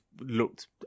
looked